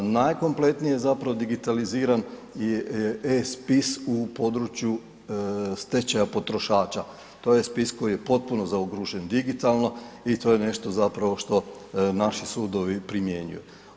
Najkompletnije je zapravo digitaliziran je e-spis u području stečaja potrošača, to je spis koji je potpuno zaokružen digitalno i to je nešto zapravo što naši sudovi primjenjuju.